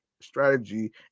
strategy